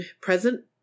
present